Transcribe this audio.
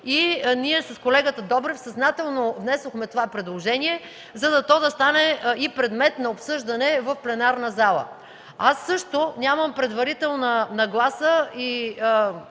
Ние с колегата Добрев съзнателно внесохме това предложение, то да стане и предмет на обсъждане в пленарната зала. Аз също нямам предварителна нагласа и